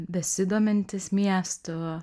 besidomintis miestu